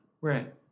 Right